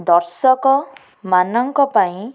ଦର୍ଶକ ମାନଙ୍କ ପାଇଁଁ